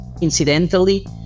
incidentally